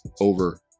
over